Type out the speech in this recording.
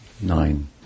nine